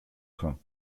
train